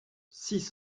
six